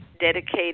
dedicated